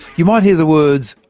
you might hear the words,